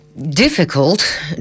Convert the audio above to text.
difficult